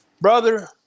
Brother